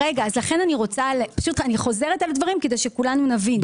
אני חוזרת על דברים כדי שכולנו נבין.